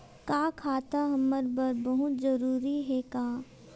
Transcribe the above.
का खाता हमर बर बहुत जरूरी हे का?